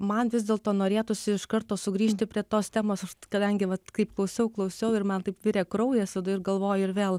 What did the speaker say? man vis dėlto norėtųsi iš karto sugrįžti prie tos temos kadangi vat kaip klausiau klausiau ir man taip virė kraujas tada ir galvoju ir vėl